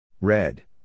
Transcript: Red